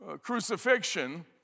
crucifixion